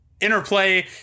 interplay